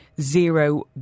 zero